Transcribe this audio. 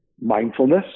mindfulness